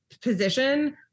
position